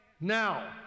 Now